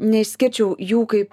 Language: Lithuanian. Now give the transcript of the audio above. neišskirčiau jų kaip